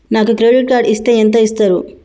నాకు credit card ఇస్తే ఎంత ఇస్తరు?